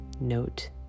note